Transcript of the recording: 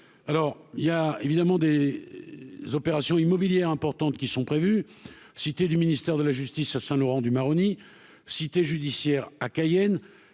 alors il y a évidemment des opérations immobilières importantes qui sont prévues, cité du ministère de la justice à Saint-Laurent du Maroni cité judiciaire à Cayenne